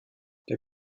der